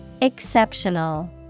Exceptional